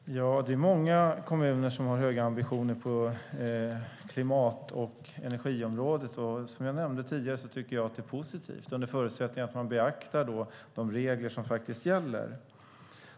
Fru talman! Det är många kommuner som har höga ambitioner på klimat och energiområdet. Som jag nämnde tidigare tycker jag att det är positivt, under förutsättning att man beaktar de regler som faktiskt gäller.